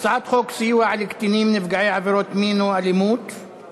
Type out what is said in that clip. הצעת חוק סיוע לקטינים נפגעי עבירות מין או אלימות (תיקון),